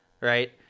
right